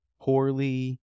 poorly